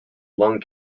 lung